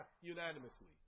unanimously